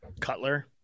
cutler